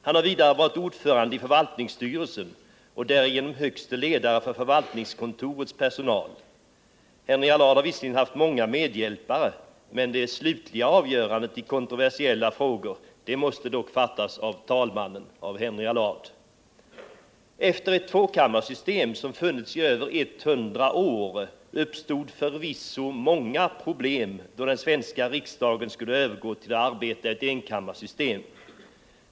Han har vidare varit ordförande i förvaltningsstyrelsen och därigenom högste ledare för förvaltningskontorets personal. Henry Allard har visserligen haft många medhjälpare, men det slutliga avgörandet i kontroversiella frågor måste fattas av talmannen — av Henry Allard. Efter ett tvåkammarsystem som funnits i över 100 år uppstod förvisso många problem då den svenska riksdagen skulle övergå till att arbeta i ett enkammarsystem.